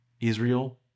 Israel